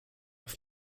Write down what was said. auf